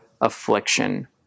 affliction